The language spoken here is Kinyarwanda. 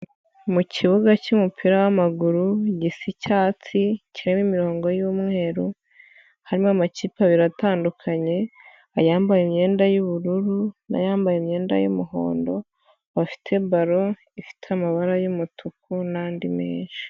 Mu kibuga cy'umupira w'amaguru gisa icyatsi, kirimo imirongo y'umweru, harimo amakipe abiri atandukanye, ayambaye imyenda y'ubururu na yambaye imyenda y'umuhondo bafite ballon ifite amabara y'umutuku n'andi menshi.